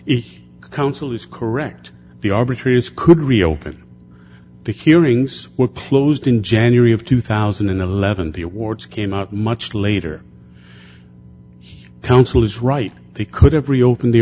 is correct the arbitrators could reopen the hearings were closed in january of two thousand and eleven the awards came out much later counsel is right they could have reopened the